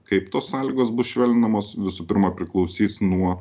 kaip tos sąlygos bus švelninamos visų pirma priklausys nuo